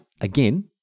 again